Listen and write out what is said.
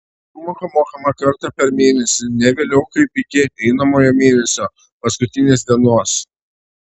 įmoka mokama kartą per mėnesį ne vėliau kaip iki einamojo mėnesio paskutinės dienos